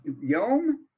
Yom